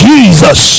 Jesus